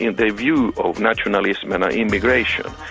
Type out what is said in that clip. you know their view of nationalism and immigration.